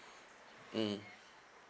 mm